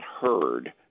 heard